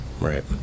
right